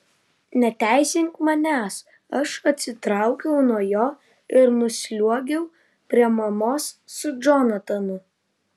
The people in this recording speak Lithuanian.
neteisink manęs aš atsitraukiau nuo jo ir nusliuogiau prie mamos su džonatanu